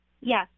Yes